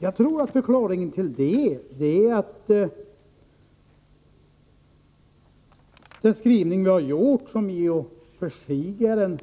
Jag tror att förklaringen till det är att vår skrivning, som i och för sig är en